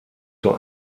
zur